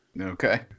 Okay